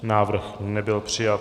Návrh nebyl přijat.